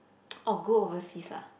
or go overseas lah